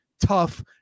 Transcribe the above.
tough